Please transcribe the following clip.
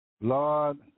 Lord